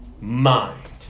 mind